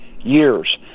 years